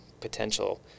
potential